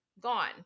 gone